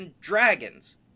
Dragons